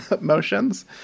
Motions